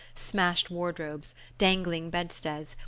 smashed wardrobes, dangling bedsteads,